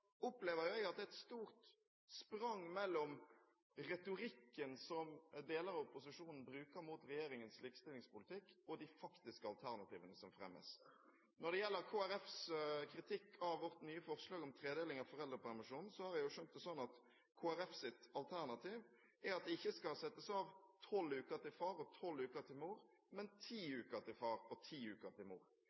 Jeg opplever at det er et stort sprang mellom retorikken som deler av opposisjonen bruker mot regjeringens likestillingspolitikk, og de faktiske alternativene som fremmes. Når det gjelder Kristelig Folkepartis kritikk av vårt nye forslag om tredeling av foreldrepermisjonen, har jeg skjønt Kristelig Folkepartis alternativ sånn at det ikke skal settes av tolv uker til far og tolv uker til mor, men ti uker til far og ti uker til mor.